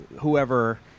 whoever